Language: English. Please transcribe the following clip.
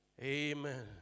Amen